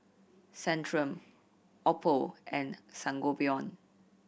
Centrum Oppo and Sangobion